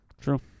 true